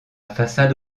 façade